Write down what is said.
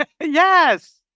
Yes